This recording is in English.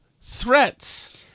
threats